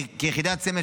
כיחידת סמך,